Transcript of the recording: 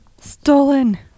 stolen